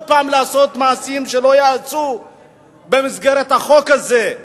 פעם לעשות מעשים שלא ייעשו במסגרת החוק הזה.